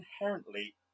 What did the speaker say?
inherently